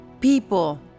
people